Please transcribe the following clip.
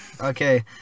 Okay